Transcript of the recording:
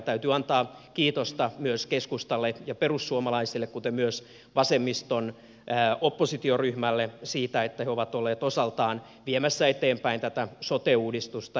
täytyy antaa kiitosta myös keskustalle ja perussuomalaisille kuten myös vasemmiston oppositioryhmälle siitä että he ovat olleet osaltaan viemässä eteenpäin tätä sote uudistusta